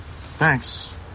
Thanks